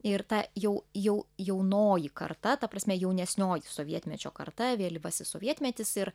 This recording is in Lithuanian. ir ta jau jau jaunoji karta ta prasme jaunesnioji sovietmečio karta vėlyvasis sovietmetis ir